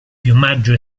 piumaggio